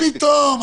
מה פתאום?